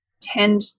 tend